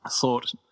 thought